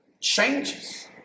changes